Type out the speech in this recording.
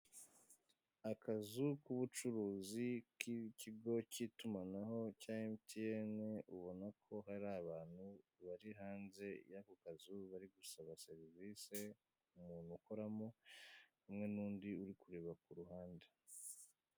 Akazu k'ubucuruzi k'ikigo k'itumanaho cya emutiyeni ubona ko hari abantu bari hanze yako kazu bari gusaba serivise umuntu ukoramo hamwe n'undi uri kureba ku ruhande.